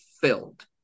filled